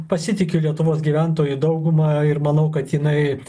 pasitikiu lietuvos gyventojų dauguma ir manau kad jinai